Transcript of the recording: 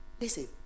listen